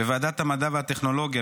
בוועדת המדע והטכנולוגיה,